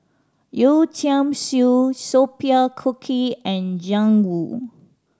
Yeo Tiam Siew Sophia Cooke and Jiang Hu